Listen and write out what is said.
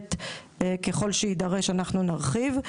בהחלט ככל שיידרש אנחנו נרחיב.